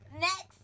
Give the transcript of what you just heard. Next